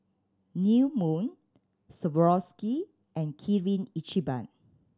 New Moon Swarovski and Kirin Ichiban